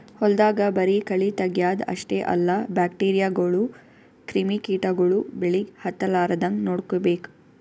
ಹೊಲ್ದಾಗ ಬರಿ ಕಳಿ ತಗ್ಯಾದ್ ಅಷ್ಟೇ ಅಲ್ಲ ಬ್ಯಾಕ್ಟೀರಿಯಾಗೋಳು ಕ್ರಿಮಿ ಕಿಟಗೊಳು ಬೆಳಿಗ್ ಹತ್ತಲಾರದಂಗ್ ನೋಡ್ಕೋಬೇಕ್